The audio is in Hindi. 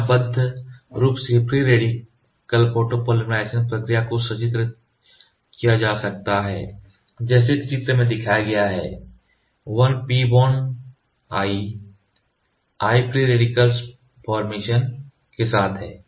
योजनाबद्ध रूप से फ्री रेडिकल फोटोपॉलीमराइज़ेशन प्रक्रिया को सचित्र किया जा सकता है जैसा कि चित्र में दिखाया गया है 1 P bond I I free radical formation के साथ है